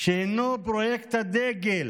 הינו פרויקט הדגל